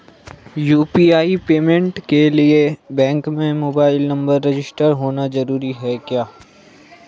UPI payment के लिए bank में मोबाइल नंबर रजिस्टर्ड होना जरूरी है क्या?